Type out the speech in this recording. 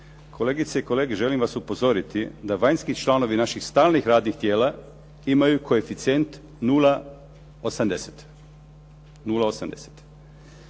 Kolegice i kolege, želim vas upozoriti da vanjski članovi naših stalnih radnih tijela imaju koeficijent 0,80,